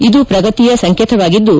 ಇದು ಪ್ರಗತಿಯ ಸಂಕೇತವಾಗಿದ್ದು